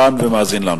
והוא כאן ומאזין לנו.